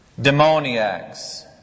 demoniacs